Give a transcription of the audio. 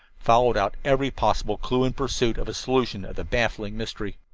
followed out every possible clue in pursuit of a solution of the baffling mystery.